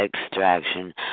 Extraction